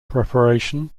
preparation